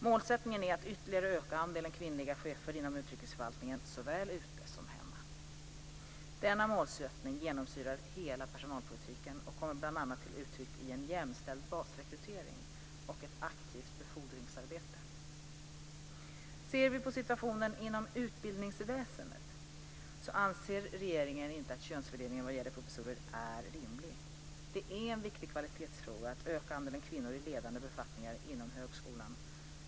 Målsättningen är att ytterligare öka andelen kvinnliga chefer inom utrikesförvaltningen såväl ute som hemma. Denna målsättning genomsyrar hela personalpolitiken och kommer bland annat till uttryck i en jämställd basrekrytering och ett aktivt befordringsarbete. Ser vi på situationen inom utbildningsväsendet anser regeringen inte att könsfördelningen vad gäller professorer är rimlig. Det är en viktig kvalitetsfråga att öka andelen kvinnor i ledande befattningar inom högskolan.